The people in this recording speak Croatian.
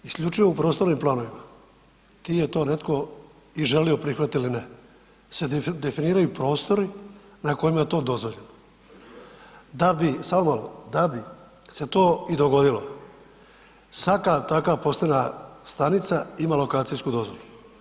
Isključivo u prostornim planovima, di je to netko i želio prihvatiti ili ne, se definiraju prostori na kojima je to dozvoljeno da bi, samo malo, da bi se to i dogodilo, svaka takva postavljena stanica ima lokacijsku dozvolu.